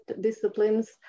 disciplines